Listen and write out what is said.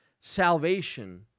salvation